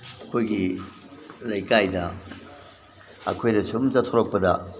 ꯑꯩꯈꯣꯏꯒꯤ ꯂꯩꯀꯥꯏꯗ ꯑꯩꯈꯣꯏꯅ ꯁꯨꯝ ꯆꯠꯊꯣꯔꯛꯄꯗ